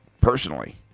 personally